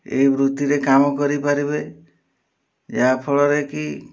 ଏହି ବୃତ୍ତିରେ କାମ କରିପାରିବେ ଯାହା ଫଳରେକି